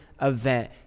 event